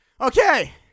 Okay